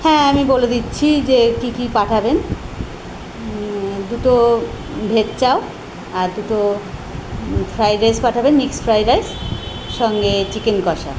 হ্যাঁ আমি বলে দিচ্ছি যে কী কী পাঠাবেন দুটো ভেজ চাউ আর দুটো ফ্রায়েড রাইস পাঠাবেন মিক্সড ফ্রায়েড রাইস সঙ্গে চিকেন কষা